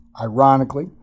Ironically